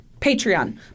patreon